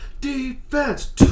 defense